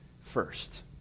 first